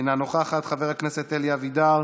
אינה נוכחת, חבר הכנסת אלי אבידר,